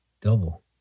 double